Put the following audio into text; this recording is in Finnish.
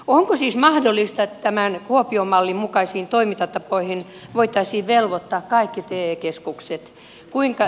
onko siis mahdollista että tämän kuopion mallin mukaisiin toimintatapoihin voitaisiin velvoittaa kaikki te keskukset